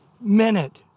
minute